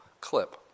clip